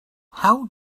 how